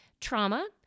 trauma